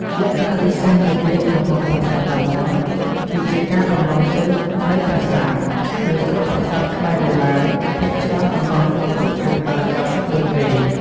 លក្ខណៈពិសេសមួយទៀតរបស់ ប្រាសាទតាមាន់ គឺជាការតម្រង់ទិសនៃប្រាសាទ ដោយគ្រប់ប្រាសាទរបស់ខ្មែរបុរាណ ភាគច្រើនតម្រង់ទៅទិសខាងកើត ៩០ ដឺក្រេ។